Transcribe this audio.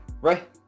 right